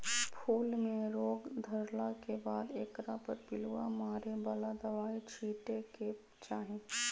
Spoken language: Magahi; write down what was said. फूल में रोग धरला के बाद एकरा पर पिलुआ मारे बला दवाइ छिटे के चाही